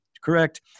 correct